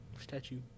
statue